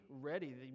ready